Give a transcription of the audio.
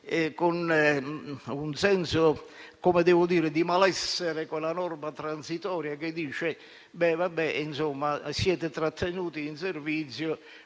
con un senso di malessere la norma transitoria, che dice loro che saranno trattenuti in servizio